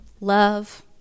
Love